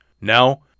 Now